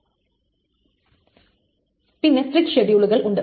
പിന്നെ സ്ട്രിക്റ്റ് ഷെഡ്യൂളുകൾ ഉണ്ട്